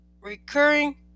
recurring